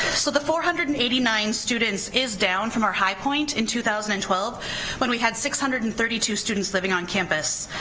so the four hundred and eighty nine students is down from our high point in two thousand and twelve when we had six hundred and thirty two students living on campus.